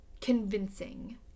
convincing